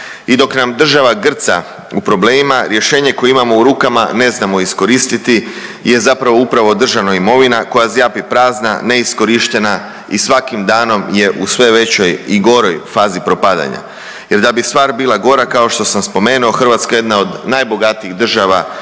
I dok nam država grca u problemima, rješenje koje imamo u rukama ne znamo iskoristiti je zapravo upravo državna imovina koja zjapi prazna, neiskorištena i svakim danom je u sve većoj i goroj fazi propadanja jer da bi stvar bila gora, kao što sam spomenuo, Hrvatska je jedna od najbogatijih država EU